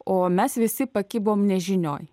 o mes visi pakibom nežinioj